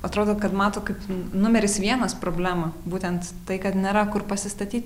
atrodo kad mato kaip numeris vienas problemą būtent tai kad nėra kur pasistatyt